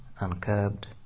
uncurbed